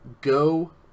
go